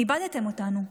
איבדתם אותנו.